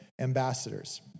ambassadors